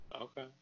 Okay